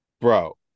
bro